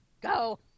go